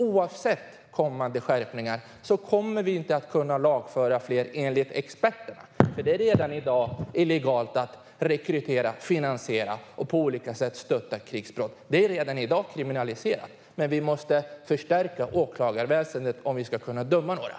Oavsett kommande skärpningar kommer vi inte att kunna lagföra fler, enligt experterna. Det är redan i dag illegalt att rekrytera, finansiera och på olika sätt stötta krigsbrott. Det är redan i dag kriminaliserat. Men vi måste förstärka åklagarväsendet om vi ska kunna döma någon.